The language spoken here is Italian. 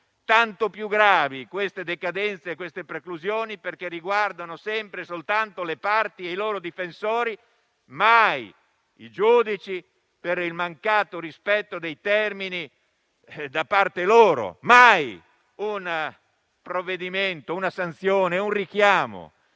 Tanto più gravi sono queste decadenze e queste preclusioni, perché riguardano sempre e soltanto le parti e i loro difensori e mai i giudici per il mancato rispetto dei termini da parte loro: mai un provvedimento, una sanzione o un richiamo